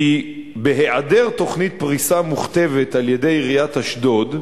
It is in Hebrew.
כי בהיעדר תוכנית פריסה מוכתבת על-ידי עיריית אשדוד,